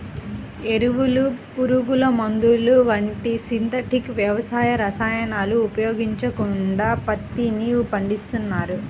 ఎరువులు, పురుగుమందులు వంటి సింథటిక్ వ్యవసాయ రసాయనాలను ఉపయోగించకుండా పత్తిని పండిస్తున్నారు